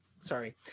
Sorry